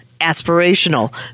aspirational